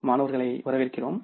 மாணவர்களை வரவேற்கிறோம்